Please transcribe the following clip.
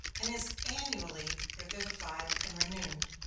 and is annually revivified and renewed,